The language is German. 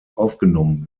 aufgenommen